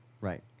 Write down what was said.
Right